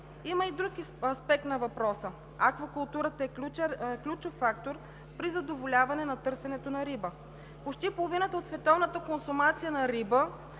Има и друг аспект на въпроса. Аквакултурата е ключов фактор при задоволяване на търсенето на риба. Почти половината от световната консумация на риба